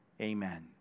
Amen